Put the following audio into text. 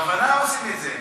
בכוונה עושים את זה,